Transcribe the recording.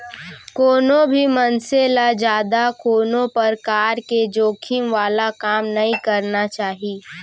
कोनो भी मनसे ल जादा कोनो परकार के जोखिम वाला काम नइ करना चाही